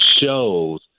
shows